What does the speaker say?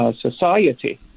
society